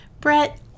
Brett